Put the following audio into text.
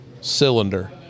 cylinder